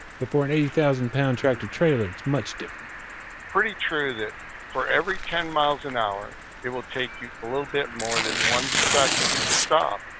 but for an eighty thousand pound. tractor-trailer, it's much different. it's pretty true that for every ten mph, it will take you a little bit more than one second to stop.